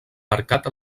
mercat